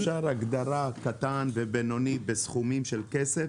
אפשר הגדרה, קטן ובינוני בסכומי כסף?